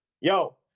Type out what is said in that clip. Yo